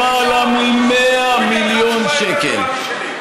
למעלה מ-100 מיליון שקל.